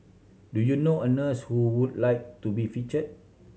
do you know a nurse who would like to be feature